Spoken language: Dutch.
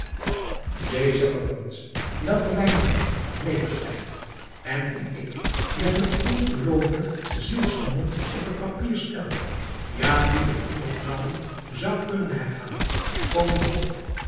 deze gevoelens welke mijne hand nederschrijft en die ik met een ongeloofelijk zielsgenot op het papier stel ja die ik honderdmalen zou kunnen herhalen komen voort